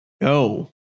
No